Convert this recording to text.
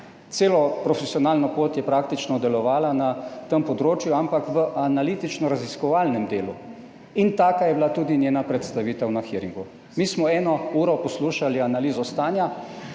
Celo profesionalno pot je praktično delovala na tem področju, ampak v analitično raziskovalnem delu in taka je bila tudi njena predstavitev na hearingu. Mi smo eno uro poslušali analizo stanja.